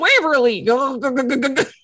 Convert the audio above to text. Waverly